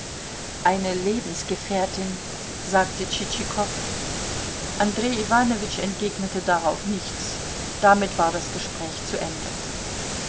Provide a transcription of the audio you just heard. eine lebensgefährtin sagte tschitschikow andrej iwanowitsch entgegnete darauf nichts damit war das gespräch zu ende